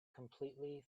completely